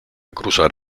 cruzar